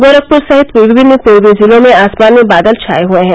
गोरखपुर सहित विभिन्न पूर्वी जिलों में आसमान में बादल छाये हये है